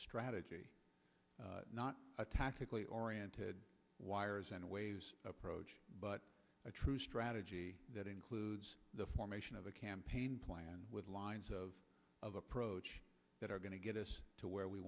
strategy not a tactically oriented wires and ways approach but a true strategy that includes the formation of a campaign plan with lines of of approach that are going to get us to where we